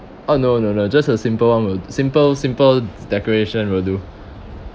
ah no no no just a simple one will simple simple decoration will do